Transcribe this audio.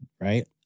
Right